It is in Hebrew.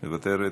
מוותרת,